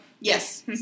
Yes